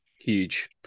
Huge